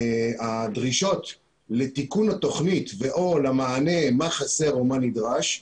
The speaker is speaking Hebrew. הדרישות לתיקון התוכנית ו/או למענה מה חסר או מה נדרש,